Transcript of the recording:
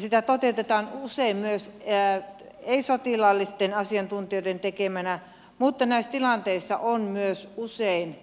sitä toteutetaan usein myös ei sotilaallisten asiantuntijoiden tekemänä mutta näissä tilanteissa on myös usein